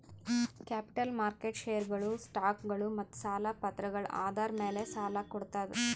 capital market ಷೇರ್ಗೊಳು, ಸ್ಟಾಕ್ಗೊಳು ಮತ್ತ್ ಸಾಲ ಪತ್ರಗಳ್ ಆಧಾರ್ ಮ್ಯಾಲ್ ಸಾಲ ಕೊಡ್ತದ್